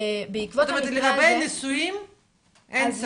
זאת אומרת לגבי הנישואים אין צורך.